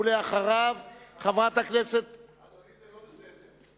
ואחריו, חברת הכנסת, אדוני, זה לא בסדר.